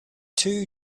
two